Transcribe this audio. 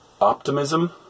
optimism